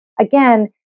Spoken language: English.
Again